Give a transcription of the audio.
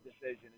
decision